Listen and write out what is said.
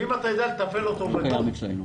אם אתה יודע לתפעל אותו --- זה לא קיים אצלנו.